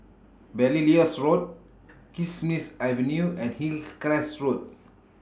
Belilios Road Kismis Avenue and Hillcrest Road